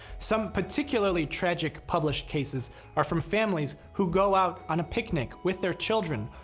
some particularly tragic published cases are from families who go out on a picnic with their children,